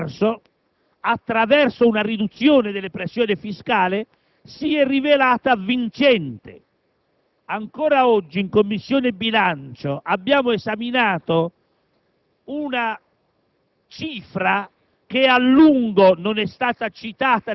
favorire l'emersione del sommerso attraverso una riduzione della pressione fiscale, si è rivelata vincente. Ancora oggi in Commissione bilancio stiamo esaminando